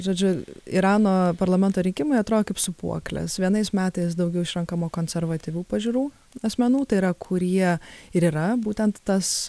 žodžiu irano parlamento rinkimai atrodo kaip sūpuoklės vienais metais daugiau išrenkamo konservatyvių pažiūrų asmenų tai yra kurie ir yra būtent tas